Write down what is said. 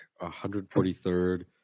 143rd